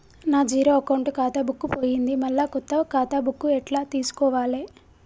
నా zero account ఖాతా book పోయింది మళ్ళా కొత్త ఖాతా బుక్కు ఎట్ల తీసుకోవాలే?